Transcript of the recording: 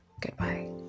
goodbye